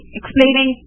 explaining